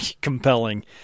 compelling